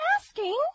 asking